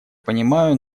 понимаю